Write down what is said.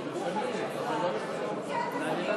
חבל?